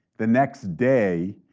the next day,